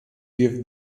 give